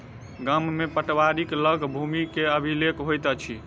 गाम में पटवारीक लग भूमि के अभिलेख होइत अछि